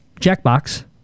Jackbox